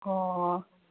ꯑꯣ